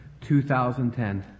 2010